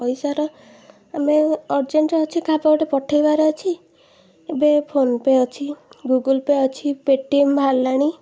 ପଇସାର ଆମର ଅରଜେଣ୍ଟ୍ ଅଛି କାହା ପାଖକୁ ଗୋଟେ ପଠେଇବାର ଅଛି ଏବେ ଫୋନ୍ ପେ' ଅଛି ଗୁଗୁଲ୍ ପେ' ଅଛି ପେଟିଏମ୍ ବାହାରିଲାଣି